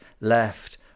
left